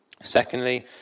Secondly